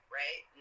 right